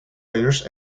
layers